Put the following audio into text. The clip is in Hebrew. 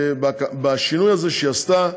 השינוי הזה שהיא עשתה,